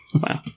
Wow